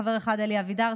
חבר אחד: אלי אבידר,